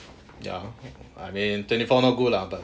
ya I mean twenty four not good lah but